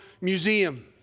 museum